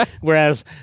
Whereas